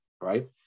right